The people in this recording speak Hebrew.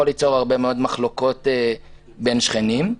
ליצור הרבה מאוד מחלוקות בין שכנים.